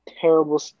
terrible